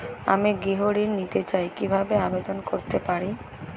আমি গৃহ ঋণ নিতে চাই কিভাবে আবেদন করতে পারি?